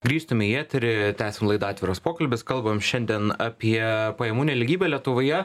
grįžtam į eterį tęsiam laidą atviras pokalbis kalbam šiandien apie pajamų nelygybę lietuvoje